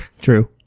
true